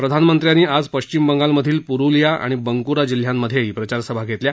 प्रधानमंत्र्यांनी आज पश्चिम बंगालमधील प्रुलिया आणि बंक्रा जिल्ह्यांमध्येही प्रचारसभा घेतल्या